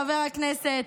חברי הכנסת,